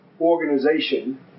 organization